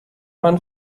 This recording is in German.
man